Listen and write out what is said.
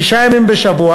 שישה ימים בשבוע,